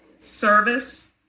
Service